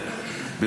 90. לא, לא.